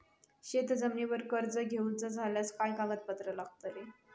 शेत जमिनीवर कर्ज घेऊचा झाल्यास काय कागदपत्र लागतली?